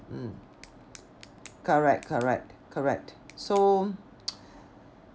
mm correct correct correct so